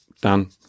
done